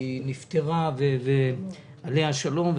היא נפטרה ועליה השלום.